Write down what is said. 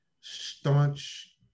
staunch